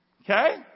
Okay